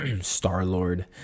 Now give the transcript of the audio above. Star-Lord